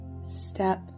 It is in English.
step